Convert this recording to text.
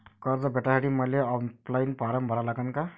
कर्ज भेटासाठी मले ऑफलाईन फारम भरा लागन का?